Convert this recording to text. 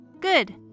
Good